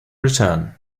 return